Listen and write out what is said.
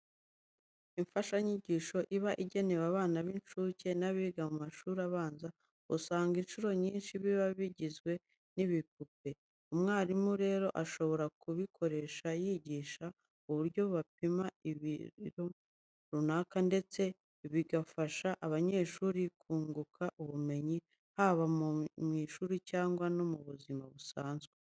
Imfashanyigisho iba igenewe abana b'incuke n'abiga mu mashuri abanza, usanga incuro nyinshi biba bigizwe n'ibipupe. Umwarimu rero ashobora kubikoresha yigisha uburyo bapima ibiro runaka, ndetse ibi bigafasha abanyeshuri kunguka ubumenyi haba mu ishuri cyangwa no mu buzima busanzwe.